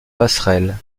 passerelles